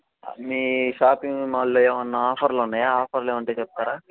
మీ shopping మాల్లో ఏమన్న ఆఫర్లు ఉన్నాయా ఆఫర్లు ఉంటే చెప్తారా